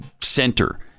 center